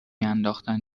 انداختن